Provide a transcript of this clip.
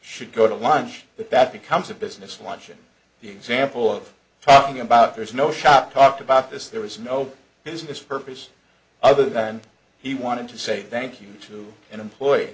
should go to lunch but that becomes a business luncheon the example of talking about there is no shop talk about this there was no business purpose other than he wanted to say thank you to employ